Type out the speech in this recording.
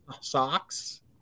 socks